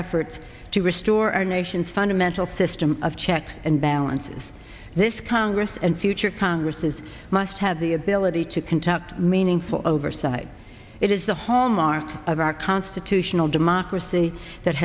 efforts to restore our nation's fundamental system of checks and balances this congress and future congresses must have the ability to conduct meaningful oversight it is the hallmark of our constitutional democracy that